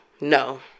No